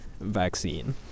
vaccine